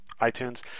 iTunes